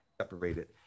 separated